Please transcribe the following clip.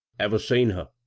ever seen her?